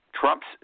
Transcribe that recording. Trump's